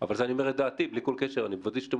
אבל זאת דעתי שאני אומר אותה בלי כל קשר.